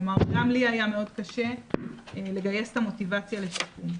כלומר גם לי היה מאוד קשה לגייס את המוטיבציה לשיקום.